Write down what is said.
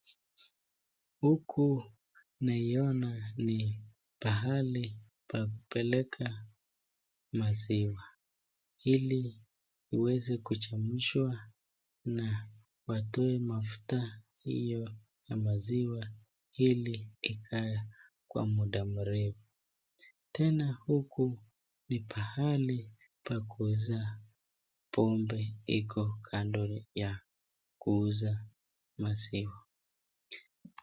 Huku naiona ni pahali pa kupeleka maziwa ili iweze kuchemshwa na watoe mafuta hiyo ya maziwa ili ikae kwa muda mrefu. Tena huku ni pahali pa kuuza bompe iko kando ya kuuza maziwa.